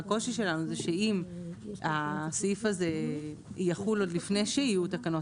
הקושי שלנו זה שאם הסעיף הזה יחול עוד לפני שיהיו תקנות,